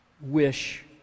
wish